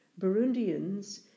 Burundians